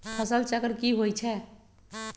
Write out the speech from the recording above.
फसल चक्र की होई छै?